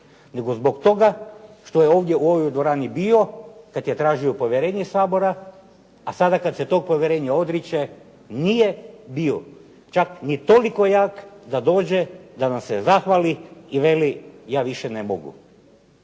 nego zbog toga što je ovdje u ovoj dvorani bio kad je tražio povjerenje Sabora, a sada kad se tog povjerenja odriče, nije bio čak ni toliko jak da dođe, da nam se zahvali i veli ja više ne mogu.